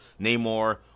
Namor